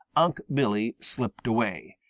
unc' billy slipped away,